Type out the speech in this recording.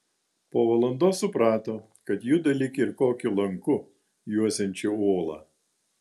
po valandos suprato kad juda lyg ir kokiu lanku juosiančiu uolą